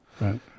Right